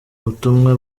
butumwa